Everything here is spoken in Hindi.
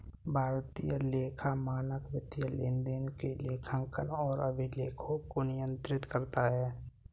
भारतीय लेखा मानक वित्तीय लेनदेन के लेखांकन और अभिलेखों को नियंत्रित करता है